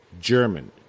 German